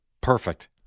Perfect